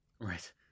Right